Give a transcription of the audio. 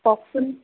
কওকচোন